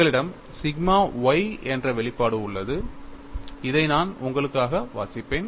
உங்களிடம் sigma y என்ற வெளிப்பாடு உள்ளது இதை நான் உங்களுக்காக வாசிப்பேன்